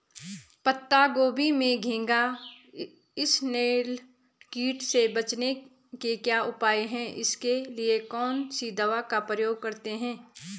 पत्ता गोभी में घैंघा इसनैल कीट से बचने के क्या उपाय हैं इसके लिए कौन सी दवा का प्रयोग करते हैं?